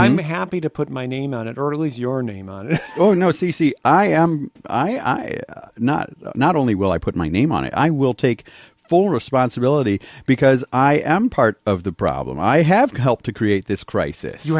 i'm happy to put my name out early as your name oh no so you see i am i i not not only will i put my name on it i will take full responsibility because i am part of the problem i have helped to create this crisis you